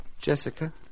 Jessica